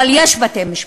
אבל יש בתי-משפט,